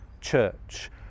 church